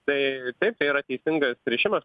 tai taip tai yra teisingas rišimas